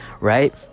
right